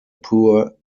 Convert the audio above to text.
poor